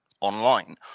online